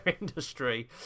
industry